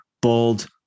bold